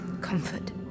comfort